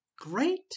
great